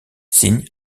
signe